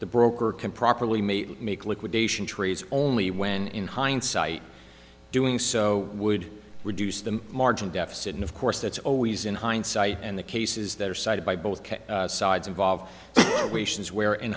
the broker can properly may make liquidation trades only when in hindsight doing so would reduce the margin deficit and of course that's always in hindsight and the cases that are cited by both sides involved is where in